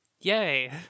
Yay